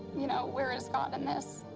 you know where is god in this?